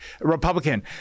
Republican